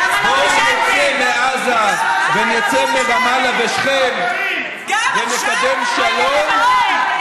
בואו נצא מעזה ונצא מרמאללה ושכם ונקבל שלום,